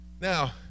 Now